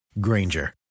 Granger